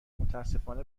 متاسفانه